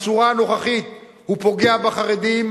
בצורה הנוכחית הוא פוגע בחרדים,